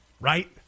right